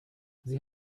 sie